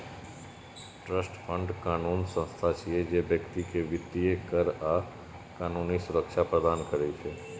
trust fund कानूनी संस्था छियै, जे व्यक्ति कें वित्तीय, कर आ कानूनी सुरक्षा प्रदान करै छै